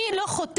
מי לא חוטף?